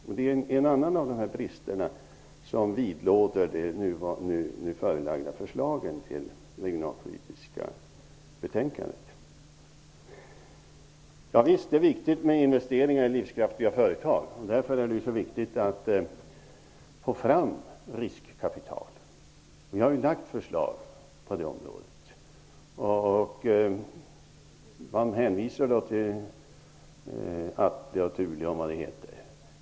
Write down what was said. Det är en annan brist som vidlåder de nu framlagda förslagen i det regionalpolitiska betänkandet. Visst är det viktigt med investeringar i livskraftiga företag. Det är därför det är så viktigt att få fram riskkapital. Ni har ju lagt fram förslag på det området.